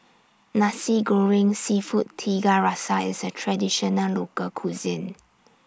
Nasi Goreng Seafood Tiga Rasa IS A Traditional Local Cuisine